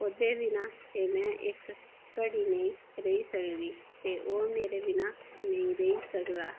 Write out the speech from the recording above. ओहदे बिना ते में इक कढी नेई रैही सकदी ते ओह् मेरे बिना नेई रेही सकदा